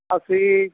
ਅਸੀਂ